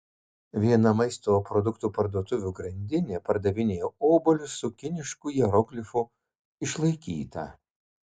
viena maisto produktų parduotuvių grandinė pardavinėja obuolius su kinišku hieroglifu išlaikyta